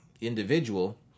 individual